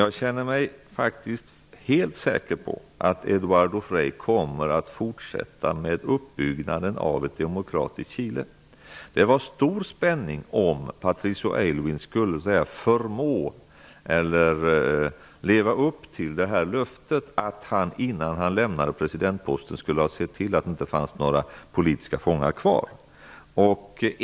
Jag känner mig faktiskt helt säker på att Eduardo Frei kommer att fortsätta med uppbyggnaden av ett demokratiskt Chile. Spänningen var stor huruvida Patricio Aylwin skulle kunna leva upp till löftet att han innan han lämnade presidentposten skulle se till att det inte fanns några politiska fångar kvar.